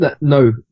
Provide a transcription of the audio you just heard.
No